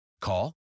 Call